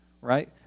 right